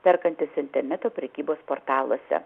perkantys interneto prekybos portaluose